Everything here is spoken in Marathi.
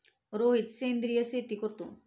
रोहित सेंद्रिय शेती करतो